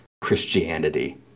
Christianity